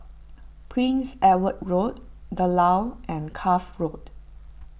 Prince Edward Road the Lawn and Cuff Road